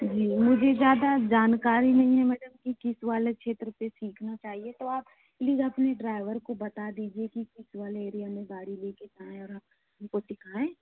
जी मुझे ज़्यादा जानकारी नहीं है मैडम कि किस वाले क्षेत्र पर सीखना चाहिए तो आप प्लीज़ अपने ड्राइवर को बता दीजिए कि किस वाले एरिया में गाड़ी ले कर जाएँ और हम को सिखाएँ